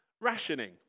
rationing